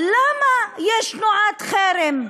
למה יש תנועת חרם.